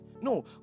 No